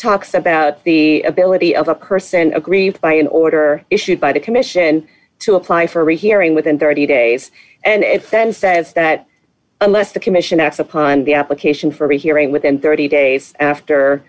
talks about the ability of a curse and aggrieved by an order issued by the commission to apply for a hearing within thirty days and then says that unless the commission acts upon the application for a hearing within thirty days after